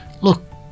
Look